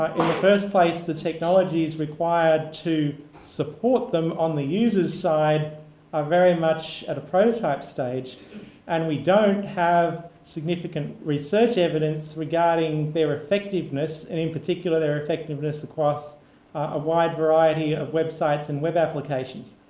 in the first place, the technologies required to support them on the user's side are very much at a prototype stage and we don't have significant research evidence regarding their effectiveness, and in particular their effectiveness across a wide variety of websites and web applications.